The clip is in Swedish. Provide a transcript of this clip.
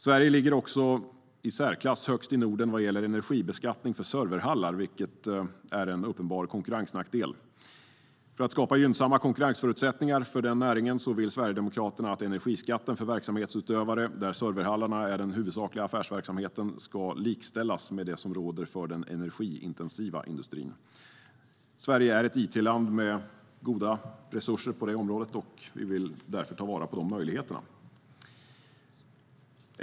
Sverige ligger i särklass högst i Norden vad gäller energibeskattning för serverhallar, vilket är en uppenbar konkurrensnackdel. För att skapa gynnsamma konkurrensförutsättningar för denna näring vill Sverigedemokraterna att energiskatten för verksamhetsutövare vars huvudsakliga affärsverksamhet är serverhallar ska likställas med den som råder för den energiintensiva industrin. Sverige är ett it-land med goda resurser på detta område, och vi vill därför ta vara på de möjligheterna. Herr talman!